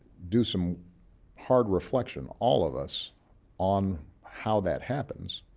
do some hard reflection all of us on how that happens,